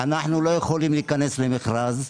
אנחנו לא יכולים להיכנס למכרז.